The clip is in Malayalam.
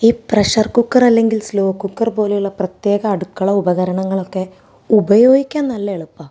ഈ പ്രഷർ കുക്കറല്ലെങ്കിൽ സ്ലോ കുക്കർ പോലെയുള്ള പ്രത്യേക അടുക്കള ഉപകാരണങ്ങളൊക്കെ ഉപയോഗിക്കാൻ നല്ല എളുപ്പമാണ്